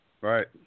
Right